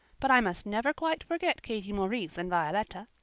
but i must never quite forget katie maurice and violetta.